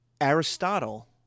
Aristotle